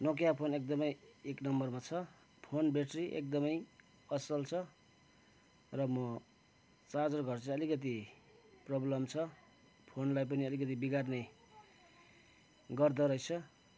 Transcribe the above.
Nokia phone एकदमै एक नम्बरमा छ फोन ब्याट्री एकदमै असल छ र म चार्जरहरू चाहिँ अलिकति प्रब्लम छ फोनलाई पनि अलिकति बिगार्ने गर्दोरहेछ